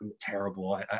terrible